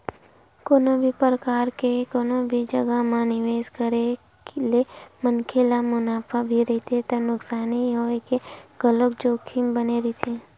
कोनो भी परकार के कोनो भी जघा म निवेस के करे ले मनखे ल मुनाफा भी रहिथे त नुकसानी होय के घलोक जोखिम बने रहिथे